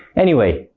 anyway,